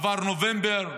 עבר נובמבר,